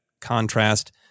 contrast